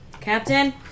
Captain